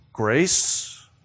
grace